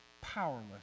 powerless